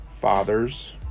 fathers